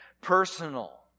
personal